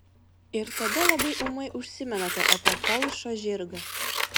ir tada labai ūmai užsimenate apie palšą žirgą